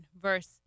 verse